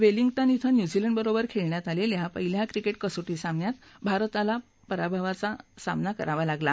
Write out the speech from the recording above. Wellington क्वे न्यूझीलंडबरोबर खेळण्यात आलेल्या पहिल्या क्रिकेट कसोटी सामन्यात भारताला पराभवाचा सामना करावा लागला